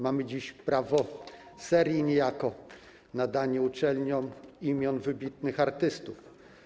Mamy dziś prawo serii nijako, chodzi o nadanie uczelniom imion wybitnych artystów.